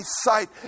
sight